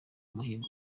umuhigo